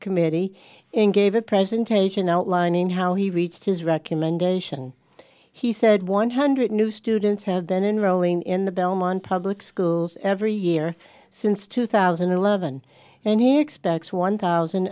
committee and gave a presentation outlining how he reached his recommendation he said one hundred new students have been rolling in the belmont public schools every year since two thousand and eleven and here expects one thousand